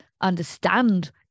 understand